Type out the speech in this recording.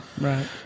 Right